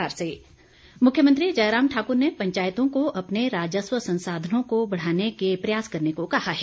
मुख्यमंत्री मुख्यमंत्री जयराम ठाकुर ने पंचायतों को अपने राजस्व संसाधनों को बढ़ाने के प्रयास करने को कहा है